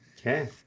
Okay